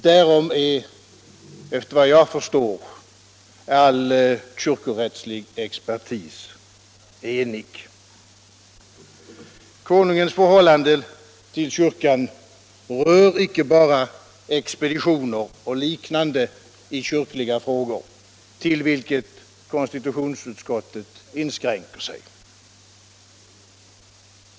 Därom är, såvitt jag kan förstå, all kyrkorättslig expertis enig. Konungens förhållande till kyrkan rör icke bara expeditioner och liknande i kyrkliga frågor, till vilket konstitutionsutskottet emellertid inskränker sig.